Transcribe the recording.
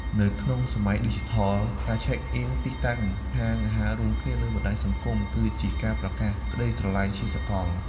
នៅក្នុងសម័យឌីជីថល ការឆែកអ៊ិន (Check-in) ទីតាំងហាងអាហាររួមគ្នាលើបណ្ដាញសង្គម គឺជាការប្រកាសក្ដីស្រឡាញ់ជាសកល។